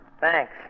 Thanks